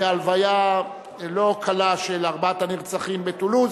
בהלוויה לא קלה של ארבעת הנרצחים בטולוז,